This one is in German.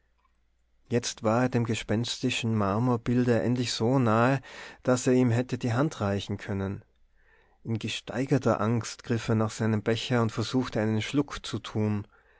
jetzt war er dem gespenstischen marmorbilde endlich so nahe daß er ihm hätte die hand reichen können in gesteigerter angst griff er nach seinem becher und versuchte einen schluck zu tun